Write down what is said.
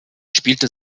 spielte